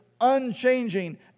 unchanging